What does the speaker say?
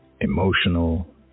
emotional